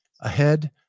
ahead